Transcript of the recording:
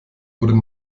wurde